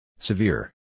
Severe